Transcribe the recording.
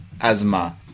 asthma